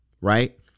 right